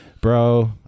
bro